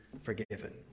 forgiven